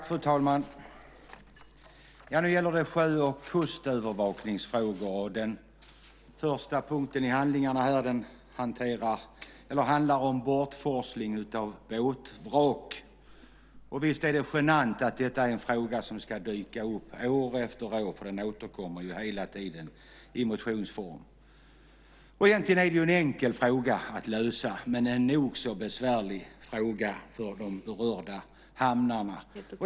Fru talman! Nu gäller det sjö och kustövervakningsfrågor. Den första punkten i handlingarna gäller bortforsling av båtvrak. Visst är det genant att denna fråga ska dyka upp år efter år. Den återkommer hela tiden i motionsform. Det är egentligen en enkel fråga att lösa. Men den är nog så besvärlig för de berörda hamnarna.